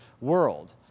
world